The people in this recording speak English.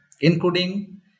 including